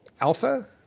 Alpha